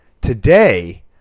Today